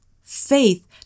Faith